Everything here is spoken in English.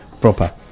proper